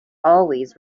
always